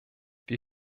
wir